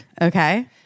Okay